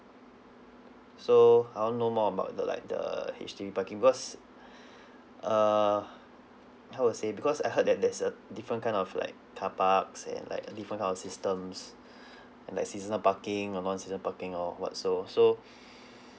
so I wanna know more about the like the H_D_B parking because err how to say because I heard that there's a different kind of like car parks and like a different house systems and like seasonal parking or non season parking or what so so